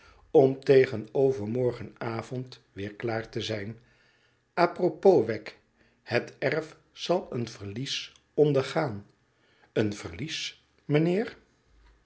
lom tegen overmorgenavond weer klaar te zijn apropos wegg het erf zal een verlies ondergaan een verlies mijnheer